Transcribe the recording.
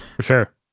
Sure